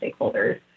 stakeholders